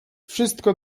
wszystko